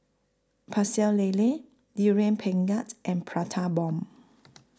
Pecel Lele Durian Pengat and Prata Bomb